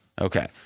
Okay